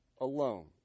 alone